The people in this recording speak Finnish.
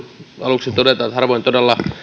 aluksi todeta että harvoin todella